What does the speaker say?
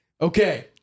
Okay